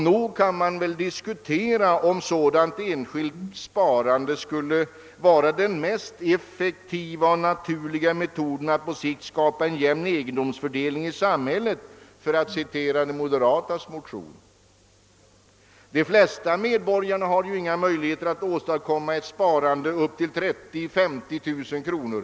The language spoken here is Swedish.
Nog kan man diskutera om ett sådant enskilt sparande skulle vara den »mest effektiva och naturliga metoden att på sikt skapa en jämn egendomsfördelning i samhället», för att citera de moderatas motion. De flesta medborgare har inga möjligheter att åstadkomma ett sparande på upp till 30 000 — 50 000 kronor.